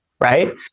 right